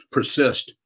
Persist